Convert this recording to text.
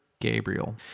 gabriel